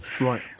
Right